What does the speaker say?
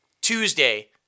Tuesday